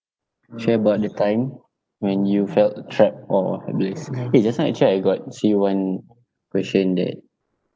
share about the time when you felt trapped or helpless eh just now I check I got see one question that